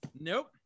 Nope